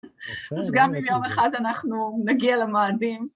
אז גם עם יום אחד אנחנו נגיע למאדים.